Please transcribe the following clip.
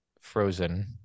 Frozen